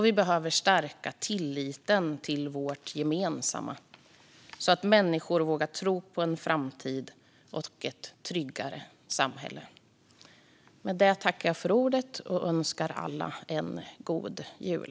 Vi behöver stärka tilliten till vårt gemensamma så att människor vågar tro på en framtid och ett tryggare samhälle. Med det önskar jag alla en god jul.